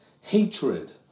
hatred